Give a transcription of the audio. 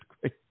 great